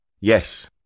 Yes